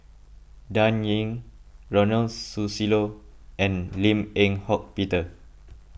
Dan Ying Ronald Susilo and Lim Eng Hock Peter